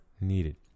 needed